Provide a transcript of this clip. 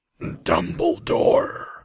Dumbledore